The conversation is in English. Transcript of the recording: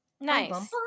nice